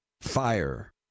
fire